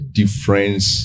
difference